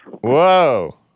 Whoa